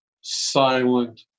silent